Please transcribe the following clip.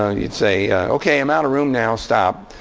ah you'd say, ok, i'm out of room now. stop.